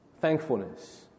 thankfulness